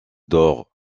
d’or